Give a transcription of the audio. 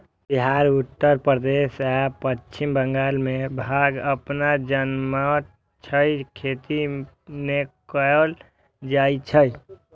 बिहार, उत्तर प्रदेश आ पश्चिम बंगाल मे भांग अपने जनमैत छै, खेती नै कैल जाए छै